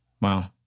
Wow